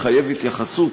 מחייב התייחסות,